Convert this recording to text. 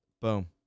Boom